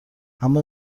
اما